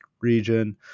region